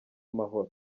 amahoro